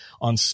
on